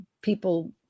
people